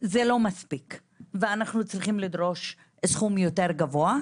זה לא מספיק ואנחנו צריכים לדרוש סכום יותר גבוה.